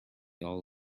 all